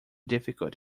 difficult